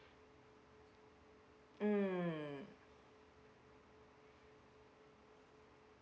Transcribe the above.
mm